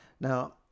Now